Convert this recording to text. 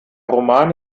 roman